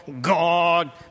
God